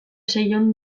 seiehun